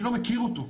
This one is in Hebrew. אני לא מכיר אותו.